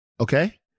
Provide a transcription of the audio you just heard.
Okay